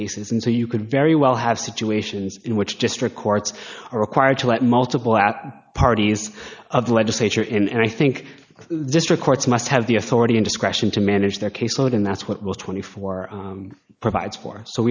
cases and so you could very well have situations in which district courts are required to let multiple at parties of legislature and i think this records must have the authority in discretion to manage their caseload and that's what will twenty four provides for so